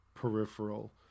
peripheral